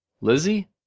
Lizzie